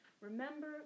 Remember